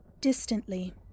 Distantly